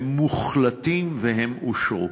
הם מוחלטים, והם אושרו.